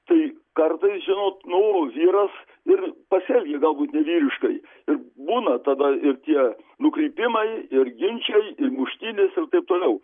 tai kartais žinot nu vyras ir pasielgė galbūt ne vyriškai ir būna tada ir tie nukrypimai ir ginčai muštinės ir taip toliau